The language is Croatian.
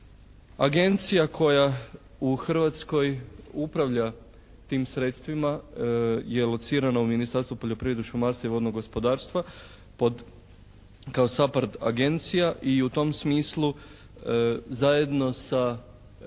Agencija koja u Hrvatskoj upravlja tim sredstvima je locirana u Ministarstvu poljoprivrede, šumarstva i vodnog gospodarstva pod, kao SAPARD agencija i u tom smislu zajedno sa državnom